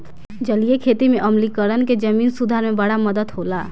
जलीय खेती में आम्लीकरण के जमीन सुधार में बड़ा मदद होला